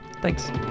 thanks